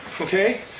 Okay